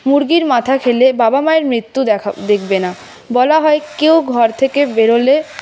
মুরগির মাথা খেলে বাবা মায়ের মৃত্যু দেখা দেখবে না বলা হয় কেউ ঘর থেকে বেরোলে